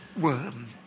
worm